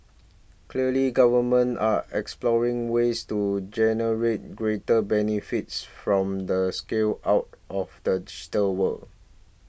clearly governments are exploring ways to generate greater benefits from the scale out of the digital world